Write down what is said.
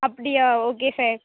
அப்படியா okay sir